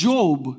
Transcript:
Job